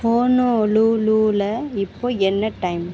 ஹோனோலுலுவில் இப்போது என்ன டைம்